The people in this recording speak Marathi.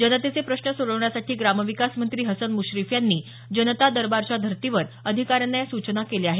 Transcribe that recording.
जनतेचे प्रश्न सोडवण्यासाठी ग्रामविकास मंत्री हसन मुश्रीफ यांनी जनता दरबारच्या धर्तीवर अधिकाऱ्यांना या सूचना केल्या आहेत